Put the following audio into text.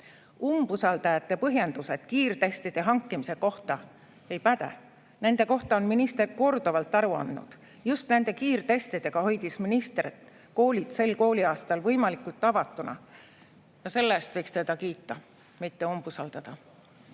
Umbusaldajate põhjendused kiirtestide hankimise kohta ei päde. Nende kohta on minister korduvalt aru andnud. Just nende kiirtestidega hoidis minister koolid sel kooliaastal võimalikult avatuna ja selle eest võiks teda kiita, mitte umbusaldada.